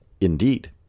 Indeed